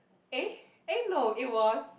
eh eh no it was